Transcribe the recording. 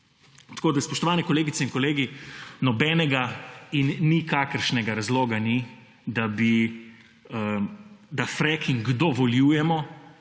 Tako, spoštovane kolegice in kolegi, nobenega in nikakršnega razloga ni, da fracking dovoljujemo,